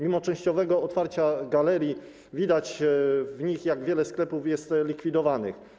Mimo częściowego otwarcia galerii widać w nich, jak wiele sklepów jest likwidowanych.